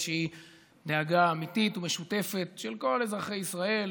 שהיא דאגה אמיתית ומשותפת של כל אזרחי ישראל,